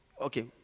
Okay